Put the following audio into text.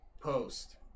post